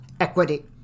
equity